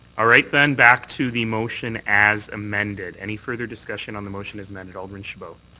ah right then, back to the motion as amended. any further discussion on the motion as amended? alderman chabot.